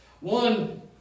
One